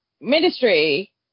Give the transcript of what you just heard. Ministry